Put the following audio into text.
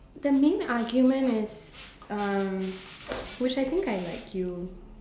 the main argument is um which I think I like you